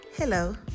Hello